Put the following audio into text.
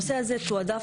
הנושא הזה תועדף